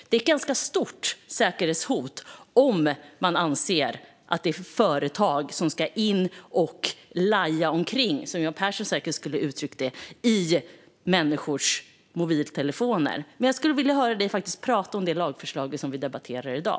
Det är ett ganska stort säkerhetshot om man anser att det är företag som ska "lajja omkring", som Johan Pehrson säkert skulle ha uttryckt det, i människors mobiltelefoner. Men jag skulle faktiskt vilja höra dig prata om det lagförslag som vi debatterar i dag.